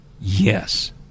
yes